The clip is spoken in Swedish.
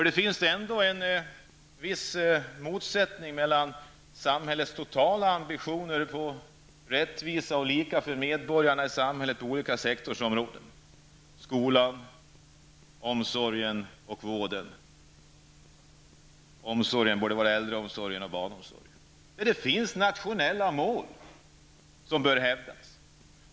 Det finns ändå en viss motsättning mellan samhällets totala ambition att uppnå rättvisa och lika villkor för medborgarna i samhället på olika sektorsområden -- skolan, äldreomsorgen, barnomsorgen och vården -- och de nationella mål som bör hävdas.